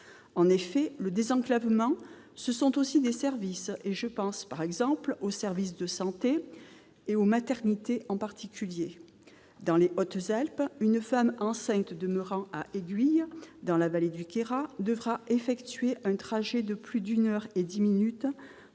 En outre, le désenclavement, ce sont aussi des services, je pense par exemple aux services de santé, en particulier aux maternités. Dans les Hautes-Alpes, une femme enceinte demeurant à Aiguilles, dans la vallée du Queyras, devra effectuer un trajet de plus d'une heure et dix minutes,